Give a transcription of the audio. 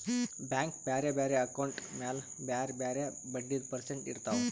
bank ಬ್ಯಾರೆ ಬ್ಯಾರೆ account ಮ್ಯಾಲ ಬ್ಯಾರೆ ಬ್ಯಾರೆ ಬಡ್ಡಿದು ಪರ್ಸೆಂಟ್ ಇರ್ತಾವ್